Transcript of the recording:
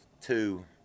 two